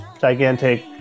gigantic